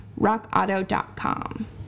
rockauto.com